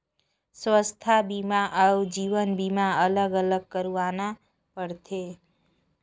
स्वास्थ बीमा अउ जीवन बीमा अलग अलग करवाना पड़थे?